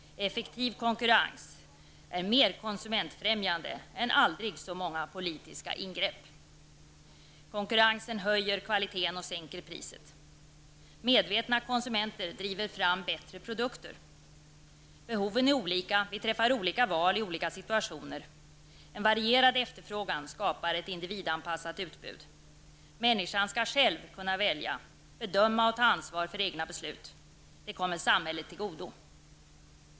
Effektiv konkurrens är mer konsumentfrämjande än aldrig så många politiska ingrepp. Konkurrensen höjer kvaliteten och sänker priset. Medvetna konsumenter driver fram bättre produkter. Behoven är olika. Vi träffar olika val i olika situationer. En varierad efterfrågan skapar ett individanpassat utbud. Människan skall själv kunna välja, bedöma och ta ansvar för egna beslut. Det kommer samhället till godo.